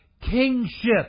kingship